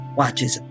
watches